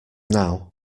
now